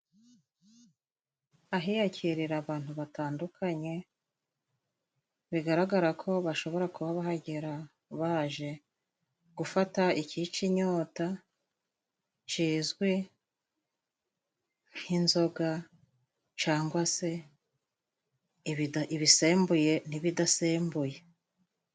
Ahiyakirera abantu batandukanye bigaragara ko bashobora, kuba bahagera baje gufata icyica inyota. Cizwi nk'inzoga cangwa se ibisembuye n'ibidasembuye.